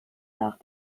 nach